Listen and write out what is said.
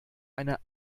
eine